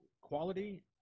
quality